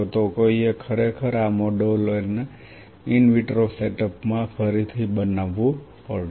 તો કોઈએ ખરેખર આ મોડેલોને ઇન વિટ્રો સેટઅપમાં ફરીથી બનાવવું પડશે